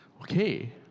Okay